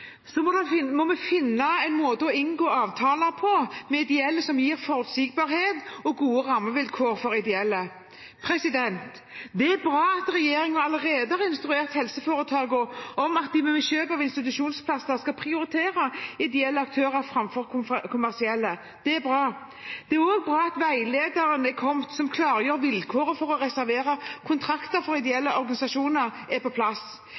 Så må vi finne en måte å inngå avtaler med de ideelle på som gir dem forutsigbarhet og gode rammevilkår. Det er bra at regjeringen allerede har instruert helseforetakene om at de ved kjøp av institusjonsplasser skal prioritere ideelle aktører framfor kommersielle – det er bra. Det er også bra at veilederen som klargjør vilkårene for å reservere kontrakter for ideelle organisasjoner, er på plass.